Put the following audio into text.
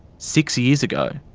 six years ago.